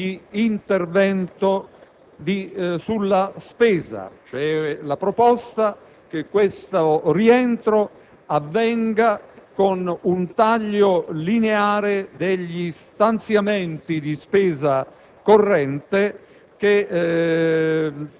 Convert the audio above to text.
propone un intervento sulla spesa. La proposta è, cioè, che questo rientro avvenga con un taglio lineare degli stanziamenti di spesa corrente,